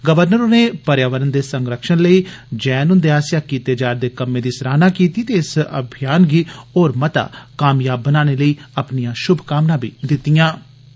governor होरें पर्यावरण दे संरक्षण लेई जैन हुंदे आसेआ कीते जा'रदे कम्में दी सराहना कीती ते इस अभियन गी होर मता कामयाब बनाने लेई अपनिआं षुभकामनां बी दित्तिआं